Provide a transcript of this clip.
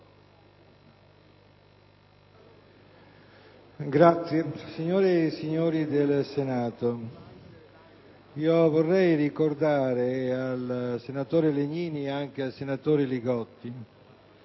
Presidente, signore e signori del Senato, vorrei ricordare al senatore Legnini, e anche al senatore Li Gotti,